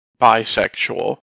bisexual